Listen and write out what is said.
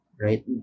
right